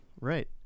right